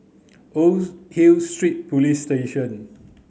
Old Hill Street Police Station